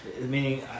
Meaning